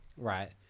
Right